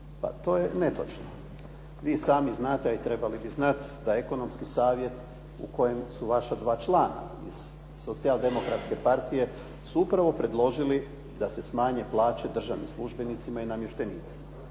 Pa to je netočno. Vi samo znate, a i trebali bi znati da ekonomski savjet u kojem su vaša dva člana iz Socijal demokratske partije su upravo predložili da se smanje plaće državnim službenicima i namještenicima.